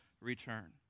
return